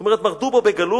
זאת אומרת: מרדו בו בגלוי,